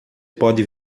pode